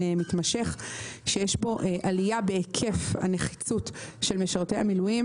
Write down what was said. מתמשך ויש בו עלייה בהיקף הנחיצות של משרתי המילואים